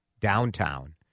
downtown